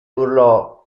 urlò